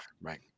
right